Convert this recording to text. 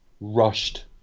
Rushed